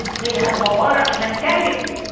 they have mubarak mentality.